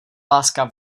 láska